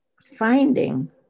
finding